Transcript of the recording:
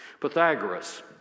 Pythagoras